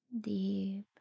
Deep